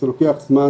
זה לוקח זמן,